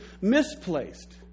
misplaced